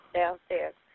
downstairs